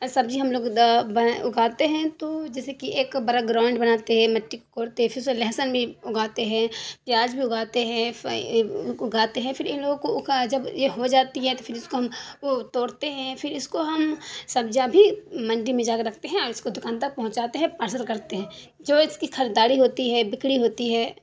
سبزی ہم لوگ اگاتے ہیں تو جیسے کہ ایک بڑا گراؤنڈ بناتے ہیں مٹی کو کوڑتے ہیں پھر اس میں لہسن بھی اگاتے ہیں پیاز بھی اگاتے ہیں اگاتے ہیں پھر ان لوگوں کو اگا جب یہ ہو جاتی ہے تو پھر اس کو ہم وہ توڑتے ہیں پھر اس کو ہم سبزیاں بھی منڈی میں جا کر رکھتے ہیں اور اس کو دکان تک پہنچاتے ہیں پارسل کرتے ہیں جو اس کی خریداری ہوتی ہے بکری ہوتی ہے